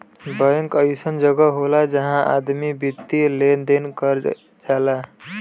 bank अइसन जगह होला जहां आदमी वित्तीय लेन देन कर जाला